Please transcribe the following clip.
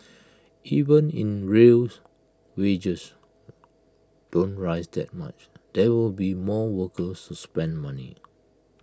even if in real's wages don't rise that much there will be more workers to spend money